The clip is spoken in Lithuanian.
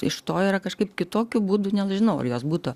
iš to yra kažkaip kitokiu būdu nežinau ar jos būtų